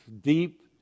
deep